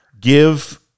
Give